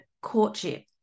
courtship